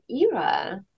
era